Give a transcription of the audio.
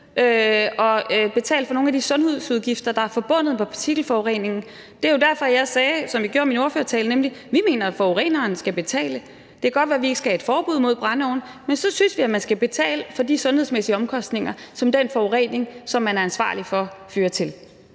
at betale for nogle af de sundhedsudgifter, der er forbundet med partikelforureningen. Det er jo derfor, jeg sagde, som jeg gjorde i min ordførertale, nemlig at vi mener, at forureneren skal betale. Det kan godt være, at vi ikke skal have et forbud imod brændeovne, men så synes vi, at man skal betale for de sundhedsmæssige omkostninger, som den forurening, som man er ansvarlig for, fører til.